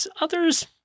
Others